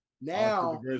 now